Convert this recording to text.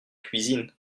cuisine